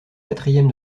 quatrième